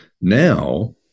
Now